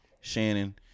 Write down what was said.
Shannon